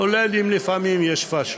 כולל אם לפעמים יש פשלות,